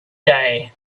day